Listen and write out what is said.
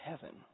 heaven